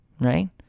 right